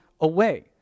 away